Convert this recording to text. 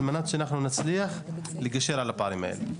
על מנת שאנחנו נצליח לגשר על הפערים האלה.